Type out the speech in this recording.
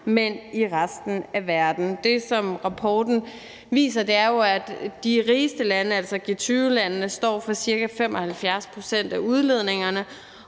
også i resten af verden. Det, som rapporten viser, er jo, at de rigeste lande, altså G20-landene, står for ca. 75 pct. af udledningerne,